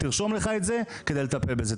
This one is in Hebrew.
תרשום לך את זה כדי לטפל בזה.